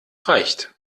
reicht